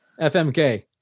FMK